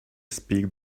speak